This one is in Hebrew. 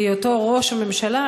בהיותו ראש הממשלה,